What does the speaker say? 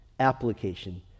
application